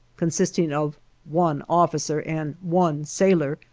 consisting of one officer and one sailor,